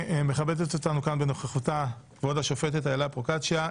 מכבדת אותנו כאן בנוכחותה כבוד השופטת אילה פרוקצ'יה,